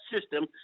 system